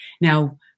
Now